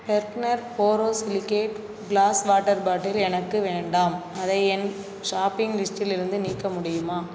Bergner borosilicate glass water bottle எனக்கு வேண்டாம் அதை என் ஷாப்பிங் லிஸ்ட்டிலிருந்து நீக்க முடியுமா